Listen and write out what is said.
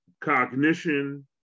cognition